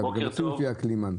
בוקר טוב,